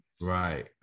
Right